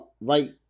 right